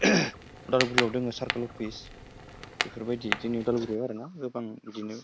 उदालगुरियाव दङ सारकोल अफिस बेफोरबायदि जोंनि उदालगुरिआव आरोना गोबां बिदिनो